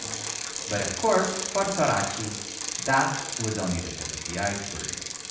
but of course, for sorachi that was only the tip of the iceberg.